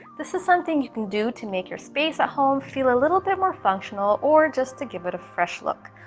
this is something you can do to make your space a home feel a little bit more functional, or just to give it a fresh look.